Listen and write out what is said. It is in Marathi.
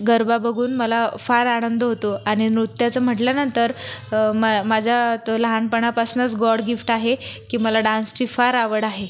गरबा बघून मला फार आनंद होतो आणि नृत्याचं म्हटल्यानंतर मा माझ्या लहानपणापासनंच गॉड गिफ्ट आहे की मला डान्सची फार आवड आहे